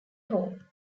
home